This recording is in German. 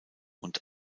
und